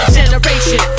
generation